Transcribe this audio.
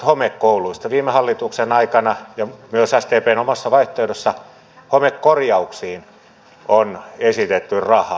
viime hallituksen aikana ja myös sdpn omassa vaihtoehdossa homekorjauksiin on esitetty rahaa